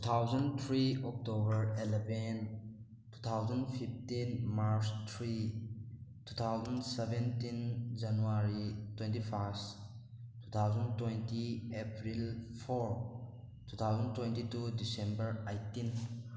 two thousand three October eleven two thousand fifteen March three two thousand seventeen January twenty first two thousand twenty April four two thousand twenty two December eighteen